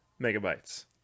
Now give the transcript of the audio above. megabytes